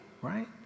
right